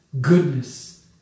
goodness